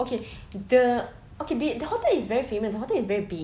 okay the okay bilik the hotel is famous the hotel is very big